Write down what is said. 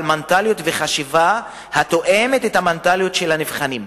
מנטליות וחשיבה התואמות את המנטליות של הנבחנים,